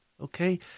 okay